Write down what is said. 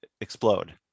explode